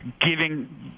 giving